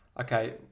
okay